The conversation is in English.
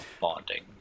bonding